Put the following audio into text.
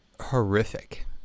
horrific